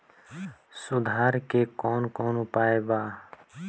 सुधार के कौन कौन उपाय वा?